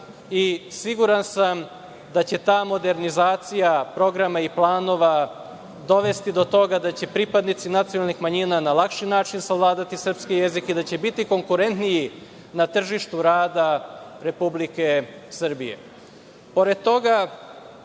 i siguran sam da će ta modernizacija programa i planova dovesti do toga da će pripadnici nacionalnih manjina na lakši način savladati srpski jezik i da će biti konkurentniji na tržištu rada Republike Srbije. Pored